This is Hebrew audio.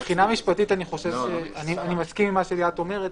משפטית אני מסכים עם מה שליאת אומרת.